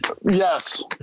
Yes